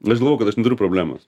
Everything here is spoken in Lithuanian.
aš galvojau kad aš neturiu problemos